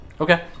okay